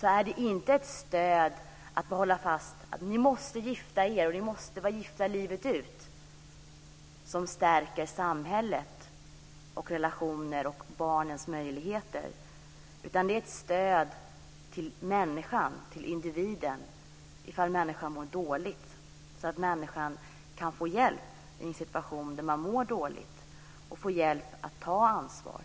är det inte fråga om ett stöd för att hålla fast vid att man måste gifta sig och förbli gift livet ut för att stärka samhället, relationer och barns möjligheter, utan det är fråga om ett stöd till människan och individen. Om människan i en situation mår dåligt ska människan kunna få hjälp att ta ansvar.